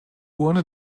urne